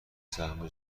سهم